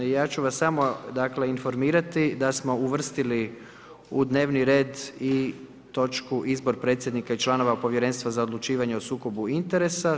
Ja ću vas samo, dakle informirati da smo uvrstili u dnevni red i točku izbor predsjednika i članova Povjerenstva za odlučivanje o sukobu interesa.